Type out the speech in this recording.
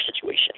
situation